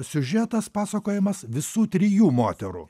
siužetas pasakojamas visų trijų moterų